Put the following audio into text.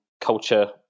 culture